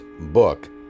book